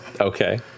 Okay